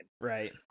Right